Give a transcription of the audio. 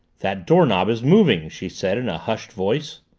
that doorknob is moving, she said in a hushed voice.